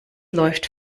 läuft